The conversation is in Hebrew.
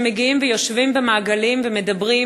שמגיעים ויושבים במעגלים ומדברים,